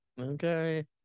Okay